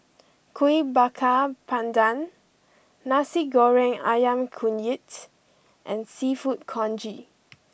Kuih Bakar Pandan Nasi Goreng Ayam Kunyit and Seafood Congee